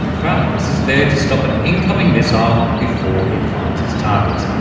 phalanx is there to stop an incoming missile before it finds its target.